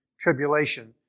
tribulation